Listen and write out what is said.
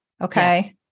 Okay